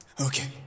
okay